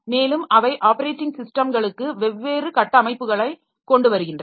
மேலும் அவை ஆப்பரேட்டிங் ஸிஸ்டம்களுக்கு வெவ்வேறு கட்டமைப்புகளைக் கொண்டு வருகின்றன